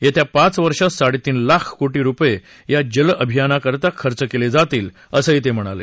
येत्या पाच वर्षात साडेतीन लाख कोटी रूपये या जल अभियानाकरता खर्च केले जातील असंही ते म्हणाले